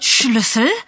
Schlüssel